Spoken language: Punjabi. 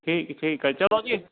ਠੀਕ ਠੀਕ ਆ ਚਲੋ ਜੀ